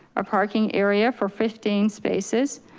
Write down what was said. a parking area for fifteen spaces,